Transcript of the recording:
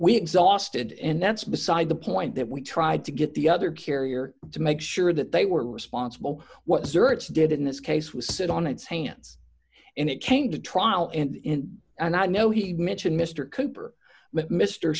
we exhausted and that's beside the point that we tried to get the other carrier to make sure that they were responsible what zurich's did in this case was sit on its hands and it came to trial and in and i know he mentioned mr cooper